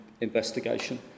investigation